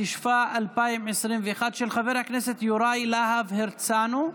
התשפ"א 2021, של חבר הכנסת יוראי להב הרצנו.